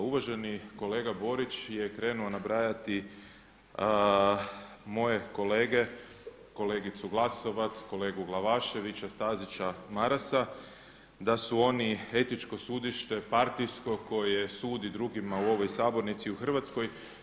Uvaženi kolega Borić je krenuo nabrajati moje kolege, kolegicu Glasovac, kolegu Glavaševića, Stazića, Marasa da su oni etičko sudište partijsko koje sudi drugima u ovoj sabornici, u Hrvatskoj.